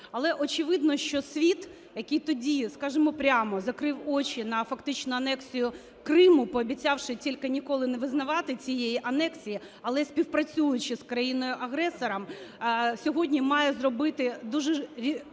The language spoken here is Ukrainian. Але, очевидно, що світ, який тоді, скажемо прямо, закрив очі на фактичну анексію Криму, пообіцявши тільки ніколи не визнавати цієї анексії, але співпрацюючи з країною-агресором, сьогодні має зробити дуже рішучі